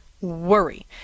worry